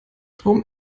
drum